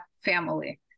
family